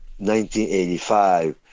1985